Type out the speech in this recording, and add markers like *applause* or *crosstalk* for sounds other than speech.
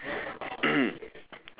*coughs*